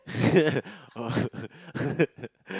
oh